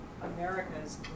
America's